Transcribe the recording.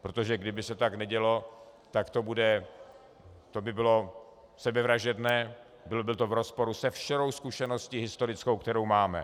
Protože kdyby se tak nedělo, tak to by bylo sebevražedné, bylo by to v rozporu s veškerou zkušeností historickou, kterou máme.